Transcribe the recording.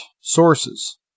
sources